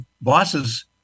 bosses